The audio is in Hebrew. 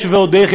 יש ועוד איך.